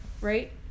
right